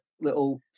little